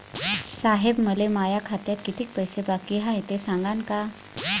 साहेब, मले माया खात्यात कितीक पैसे बाकी हाय, ते सांगान का?